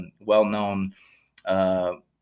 well-known